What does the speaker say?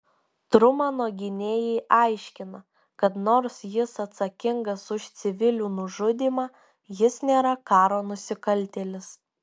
trumano gynėjai aiškina kad nors jis atsakingas už civilių nužudymą jis nėra karo nusikaltėlis